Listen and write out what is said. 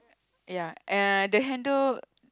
ya uh the handle